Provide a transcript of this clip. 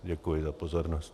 Děkuji za pozornost.